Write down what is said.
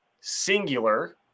singular